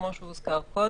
כמו שהוזכר קודם.